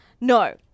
No